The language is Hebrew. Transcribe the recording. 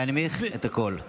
להנמיך את הקול.